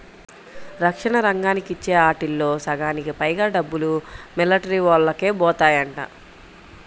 రక్షణ రంగానికి ఇచ్చే ఆటిల్లో సగానికి పైగా డబ్బులు మిలిటరీవోల్లకే బోతాయంట